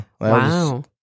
Wow